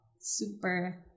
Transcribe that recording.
super